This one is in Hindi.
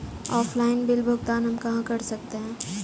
ऑफलाइन बिल भुगतान हम कहां कर सकते हैं?